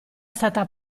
stata